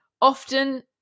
Often